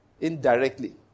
indirectly